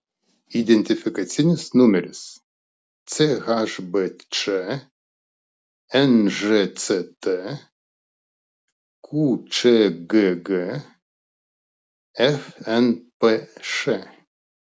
identifikacinis numeris chbč nžct qčgg fnpš